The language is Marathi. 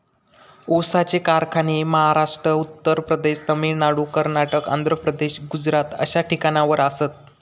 ऊसाचे कारखाने महाराष्ट्र, उत्तर प्रदेश, तामिळनाडू, कर्नाटक, आंध्र प्रदेश, गुजरात अश्या ठिकाणावर आसात